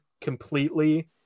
completely